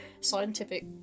scientific